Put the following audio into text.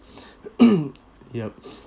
yup